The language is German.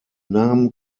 namen